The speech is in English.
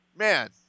Man